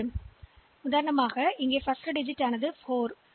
எனவே இந்த 2 எண் 2 இலக்கங்களை இங்கே 4 மற்றும் 2 பெற்றுள்ளோம்